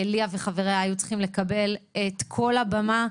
ליאה וחבריה היו צריכים לקבל את כל הבמה,